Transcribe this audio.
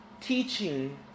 teaching